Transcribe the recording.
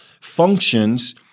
functions